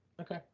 Okay